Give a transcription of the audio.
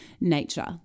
nature